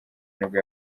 nibwo